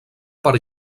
per